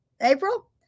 April